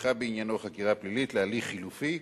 שנפתחה בעניינו חקירה פלילית להליך חלופי,